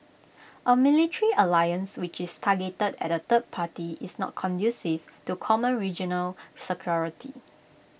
A military alliance which is targeted at A third party is not conducive to common regional security